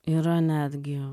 yra netgi